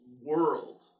world